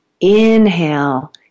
Inhale